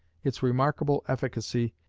its remarkable efficacy,